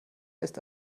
ist